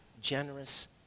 generous